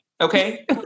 Okay